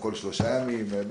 כל שלושה ימים?